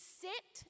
sit